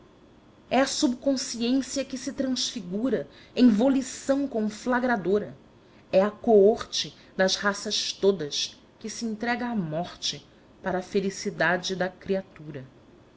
é a subconsciência que se transfigura em volição conflagradora é a coorte das raças todas que se entrega à morte para a felicidade da criatura